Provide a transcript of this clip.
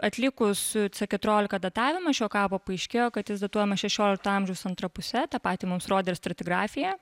atlikus keturiolika datavimų šio kapo paaiškėjo kad jis datuojamas šešiolikto amžiaus antra puse tą patį mums rodė ir stratigrafija